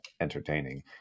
entertaining